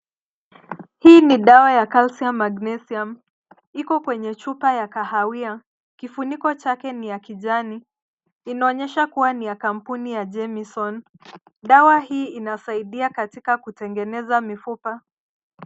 Hii ni dawa ya Calcium Magnesium . Iko kwenye chupa ya kahawia. Kufuniko chake ni ya kijani. Inaonyesha kuwa ni ya kampuni ya Jamieson. Dawa hii inasaidia katika kutengeneza mifupa.